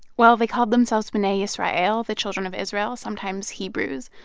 well, they called themselves b'nai israel, the children of israel, sometimes hebrews.